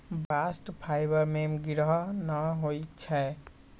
bast fibre में गिरह न होई छै